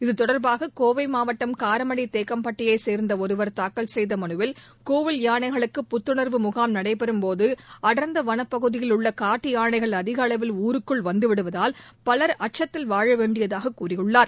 இத்தொடர்பாக கோவை மாவட்டம் காரமடை தேக்கம்பட்டியைச் சேர்ந்த ஒருவர் தாக்கல் செய்த மனுவில் கோவில் யானைகளுக்கு புத்துணா்வு முகாம் நடைபெறும்போது அடர்ந்த வனப்பகுதியில் உள்ள காட்டு யானைகள் அதிக அளவில் ஊருக்குள் வந்துவிடுவதால் பலர் அச்சத்தில் வாழ வேண்டியதாக கூறியுள்ளார்